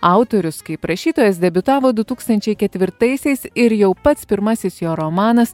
autorius kaip rašytojas debiutavo du tūkstančiai ketvirtaisiais ir jau pats pirmasis jo romanas